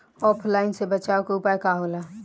ऑफलाइनसे बचाव के उपाय का होला?